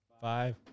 five